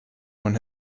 when